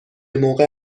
موقع